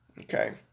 Okay